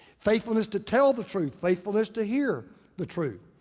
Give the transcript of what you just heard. faithfulness to tell the truth, faithfulness to hear the truth.